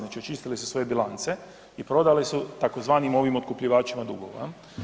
Znači očistili su svoje bilance i prodali su tzv. ovim otkupljivačima dugova.